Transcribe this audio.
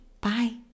Bye